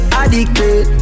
addicted